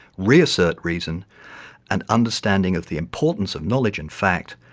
reassert reason and understanding of the importance of knowledge and fact,